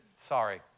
Sorry